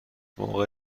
موقع